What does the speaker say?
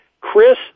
Chris